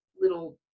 little